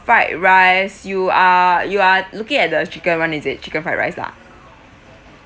fried rice you are you are looking at the chicken one is it chicken fried rice lah